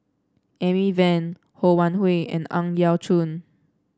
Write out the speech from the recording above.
Amy Van Ho Wan Hui and Ang Yau Choon